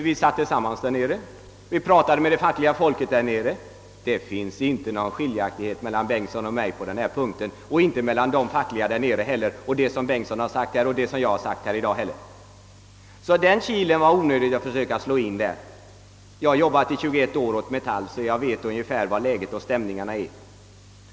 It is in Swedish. Vi satt tillsammans där och vi diskuterade med fackföreningsfolket, Det föreligger inga skiljaktiga meningar mellan herr Bengtsson och mig eller fackföreningsfolket där nere. Inte heller föreligger någon skiljaktighet mellan vad herr Bengtsson här sagt och vad jag sagt. Därvidlag var det alltså onödigt att försöka slå in en kil. Jag har arbetat inom Metallindustriarbetareförbundet i 21 år, så jag vet hur läget och stämningarna är.